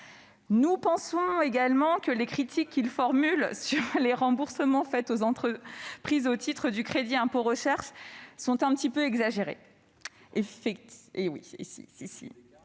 Nous considérons également que les critiques qu'il formule sur les remboursements aux entreprises au titre du crédit d'impôt recherche (CIR) sont quelque peu exagérées